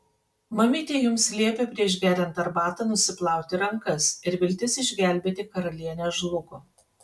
mamytė jums liepė prieš geriant arbatą nusiplauti rankas ir viltis išgelbėti karalienę žlugo